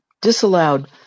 disallowed